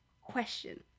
question